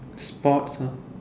sports lah